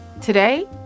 Today